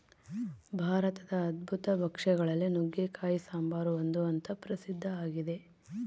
ಭಾರತದ ಅದ್ಭುತ ಭಕ್ಷ್ಯ ಗಳಲ್ಲಿ ನುಗ್ಗೆಕಾಯಿ ಸಾಂಬಾರು ಒಂದು ಅಂತ ಪ್ರಸಿದ್ಧ ಆಗಿದೆ